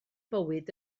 bywyd